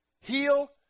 Heal